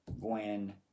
Gwen